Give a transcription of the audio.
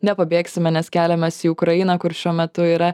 nepabėgsime nes keliamas į ukrainą kur šiuo metu yra